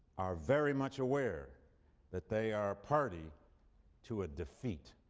are very much aware that they are party to a defeat.